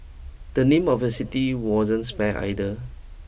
the name of the city wasn't spared either